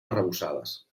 arrebossades